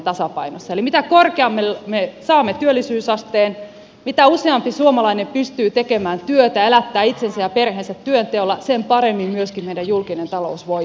eli mitä korkeammalle me saamme työllisyysasteen mitä useampi suomalainen pystyy tekemään työtä elättää itsensä ja perheensä työnteolla sen paremmin myöskin meidän julkinen talous voi